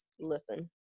Listen